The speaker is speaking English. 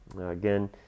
Again